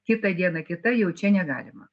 kitą dieną kita jau čia negalima